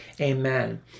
Amen